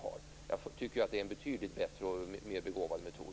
Jag tycker ju att det är en betydligt bättre och mer begåvad metod.